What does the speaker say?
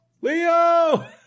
Leo